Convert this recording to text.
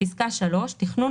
"(3)תכנון,